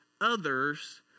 others